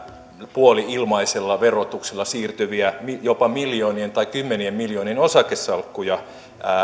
puoli ilmaisella verotuksella siirtyviä jopa miljoonien tai kymmenien miljoonien osakesalkkuja